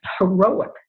heroic